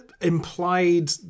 implied